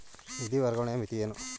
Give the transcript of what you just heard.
ನಿಧಿ ವರ್ಗಾವಣೆಯ ಮಿತಿ ಏನು?